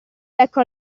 becco